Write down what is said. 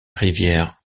rivière